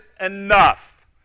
enough